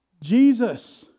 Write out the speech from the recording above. Jesus